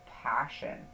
passion